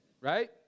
Right